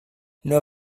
nur